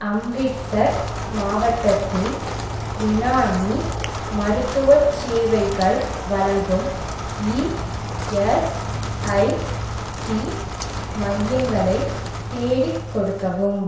அம்ரிட்சர் மாவட்டத்தில் யுனானி மருத்துவச் சேவைகள் வழங்கும் இஎஸ்ஐசி மையங்களைத் தேடிக் கொடுக்கவும்